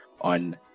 on